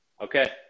okay